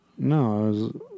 No